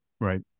Right